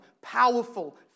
powerful